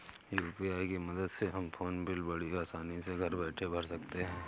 UPI की मदद से हम फ़ोन बिल बड़ी आसानी से घर बैठे भर सकते हैं